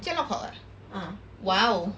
将 lok kok ah !wow!